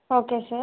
okay sir